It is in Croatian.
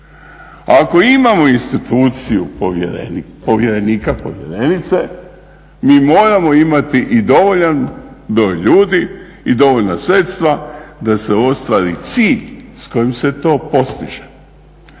Ako imamo instituciju povjerenika, povjerenice mi moramo imati i dovoljan broj ljudi i dovoljna sredstva da se ostvari cilj s kojim se to postiže.